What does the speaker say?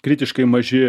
kritiškai maži